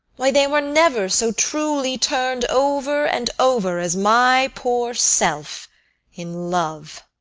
why, they were never so truly turned over and over as my poor self in love.